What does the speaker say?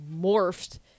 morphed